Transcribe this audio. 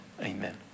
amen